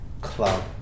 club